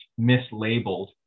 mislabeled